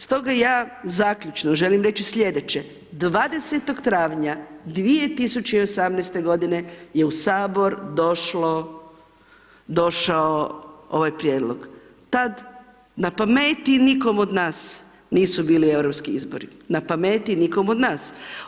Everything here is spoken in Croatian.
Stoga ja zaključno želim reći sljedeće, 20. travnja 2018. godine je u Sabor došlo, došao ovaj prijedlog, tad na pameti nikom od nas nisu bili europski izbori, na pameti nikom od nas.